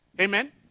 Amen